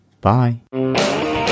bye